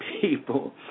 people